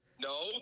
No